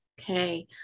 Okay